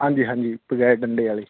ਹਾਂਜੀ ਹਾਂਜੀ ਬਗੈਰ ਡੰਡੇ ਵਾਲੀ